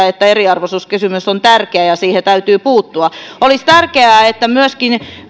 että eriarvoisuuskysymys on tärkeä ja siihen täytyy puuttua ja kiiteltiin siitä olisi tärkeää että